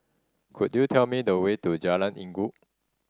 could you tell me the way to Jalan Inggu